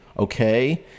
Okay